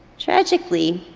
tragically,